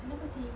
kenapa seh